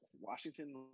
Washington